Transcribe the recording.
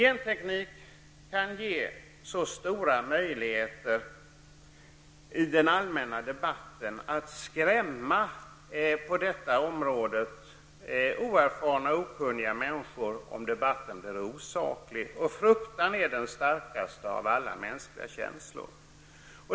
Genteknik kan ge stora möjligheter till att i den allmänna debatten, om den blir osaklig, skrämma oerfarna och okunniga människor. Och fruktan är den starkaste av alla mänskliga känslor.